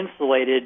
insulated